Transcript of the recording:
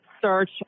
Search